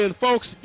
folks